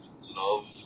love